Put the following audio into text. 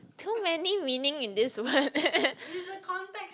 too many meaning in this word